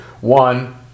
One